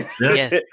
Yes